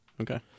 Okay